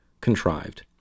contrived